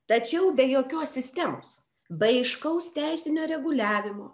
tačiau be jokios sistemos be aiškaus teisinio reguliavimo